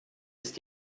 ist